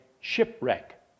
shipwreck